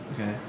Okay